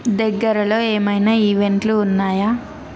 దగ్గరలో ఏమైనా ఈవెంట్లు ఉన్నాయా